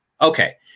Okay